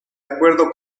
acuerdo